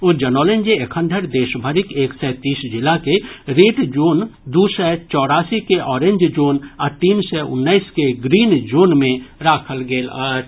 ओ जनौलनि जे एखनधरि देशभरिक एक सय तीस जिला के रेड जोन दू सय चौरासी के ऑरेंज जोन आ तीन सय उन्नैस के ग्रीन जोन मे राखल गेल अछि